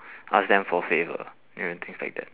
ask them for favour you know things like that